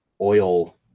oil